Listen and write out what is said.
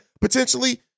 potentially